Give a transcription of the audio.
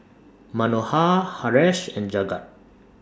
Manohar Haresh and Jagat